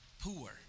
poor